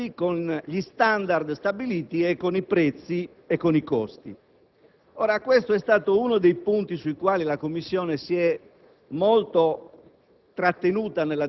compatibili con gli *standard* stabiliti, con i prezzi e con i costi. Questo è stato uno dei punti sui quali la Commissione si è molto